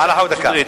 חבר הכנסת שטרית,